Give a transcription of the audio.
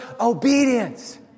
obedience